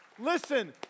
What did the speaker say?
Listen